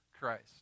Christ